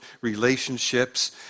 relationships